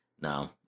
No